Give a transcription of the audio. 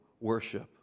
worship